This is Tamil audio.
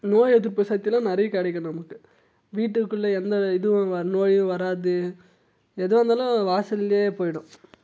நோயெதிர்ப்பு சக்தியெலாம் நிறைய கிடைக்கும் நமக்கு வீட்டுக்குள்ளே எந்த இதுவும் நோயும் வராது எதுவாகருந்தாலும் வாசலிலயே போயிடும்